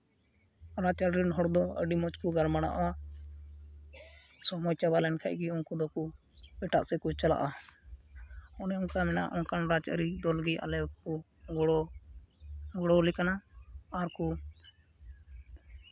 ᱨᱟᱡᱽᱼᱟᱹᱨᱤ ᱨᱮᱱ ᱦᱚᱲ ᱫᱚ ᱟᱹᱰᱤ ᱢᱚᱡᱽ ᱠᱚ ᱜᱟᱞᱢᱟᱨᱟᱣᱚᱜᱼᱟ ᱥᱚᱢᱚᱭ ᱪᱟᱵᱟ ᱞᱮᱱ ᱠᱷᱟᱡᱽ ᱜᱮ ᱩᱱᱠᱩ ᱫᱚᱠᱚ ᱮᱴᱟᱜ ᱥᱮᱫ ᱠᱚ ᱪᱟᱞᱟᱜᱼᱟ ᱚᱱᱮ ᱚᱱᱠᱟᱱ ᱨᱟᱡᱼᱟᱹᱨᱤ ᱫᱚᱞ ᱜᱮ ᱟᱞᱮ ᱠᱚᱠᱚ ᱜᱚᱲᱚ ᱜᱚᱲᱚᱣᱟᱞᱮ ᱠᱟᱱᱟ ᱟᱨᱠᱚ